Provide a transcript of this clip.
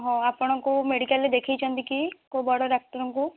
ଆପଣ କେଉଁ ମେଡ଼ିକାଲ୍ରେ ଦେଖାଇଛନ୍ତି କି କେଉଁ ବଡ଼ ଡାକ୍ତରଙ୍କୁ